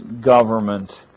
government